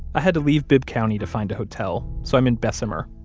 i had to leave bibb county to find a hotel, so i'm in bessemer,